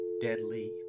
deadly